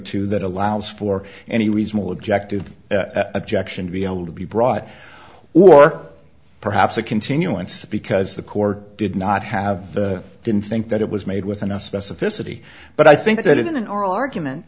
two that allows for any reasonable objective objection to be allowed to be brought war perhaps a continuance because the court did not have didn't think that it was made with enough specificity but i think that in an oral argument